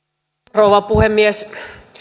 rouva puhemies